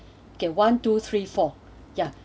okay one two three four ya